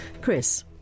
Chris